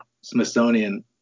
Smithsonian